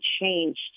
changed